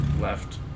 left